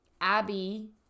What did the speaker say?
Abby